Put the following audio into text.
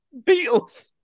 Beatles